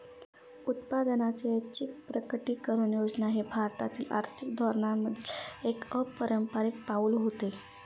उत्पन्नाची ऐच्छिक प्रकटीकरण योजना हे भारतीय आर्थिक धोरणांमधील एक अपारंपारिक पाऊल होते